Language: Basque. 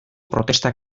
protesta